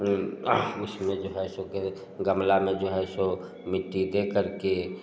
उसमें जो है सो गमला में जो है सो मिट्टी देकर के